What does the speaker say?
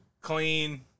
clean